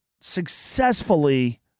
successfully